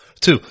two